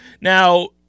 Now